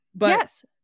Yes